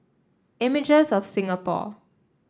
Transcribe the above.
Images of Singapore